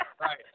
Right